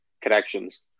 connections